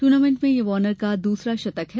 tournament में यह Warner का दूसरा शतक है